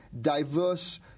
diverse